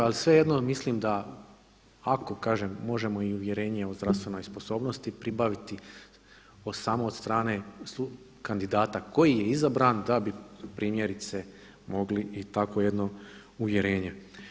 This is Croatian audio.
Ali svejedno mislim da ako kažem možemo i uvjerenje o zdravstvenoj sposobnosti pribaviti samo od strane kandidata koji je izabran da bi primjerice mogli i takvo jedno uvjerenje.